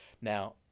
Now